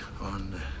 on